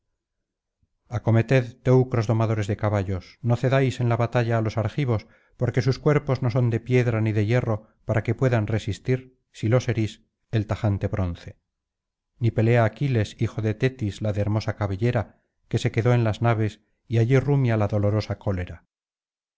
acometed teucros domadores de caballos no cedáis en la batalla á los argivos porque sus cuerpos no son de piedra ni de hierro para que puedan resistir si los herís el tajante bronce ni pelea aquiles hijo de tetis la de hermosa cabellera que se quedó en las naves y allí rumia la dolorosa cólera